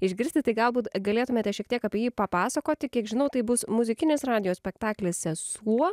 išgirsti tai galbūt galėtumėte šiek tiek apie jį papasakoti kiek žinau tai bus muzikinis radijo spektaklis sesuo